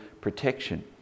protection